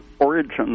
origin